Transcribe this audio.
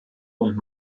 und